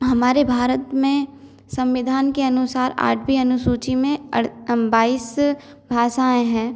हमारे भारत में संविधान के अनुसार आठवीं अनुसूची में अड़ बाईस भाषाएँ हैं